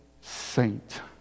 saint